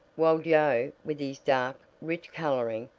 while joe, with his dark, rich coloring,